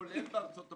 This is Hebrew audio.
כולל בארצות הברית,